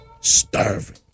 starving